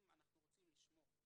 אם אנחנו רוצים לשמור,